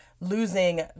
losing